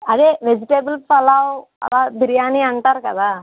అదే వెజిటేబుల్ పలావ్ అలా బిర్యానీ అంటారు కదా